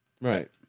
right